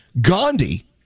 Gandhi